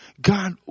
God